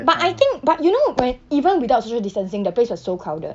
but I think but you know when even without social distancing the place was so crowded